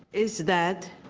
is that